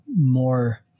more